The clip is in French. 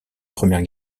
première